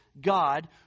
God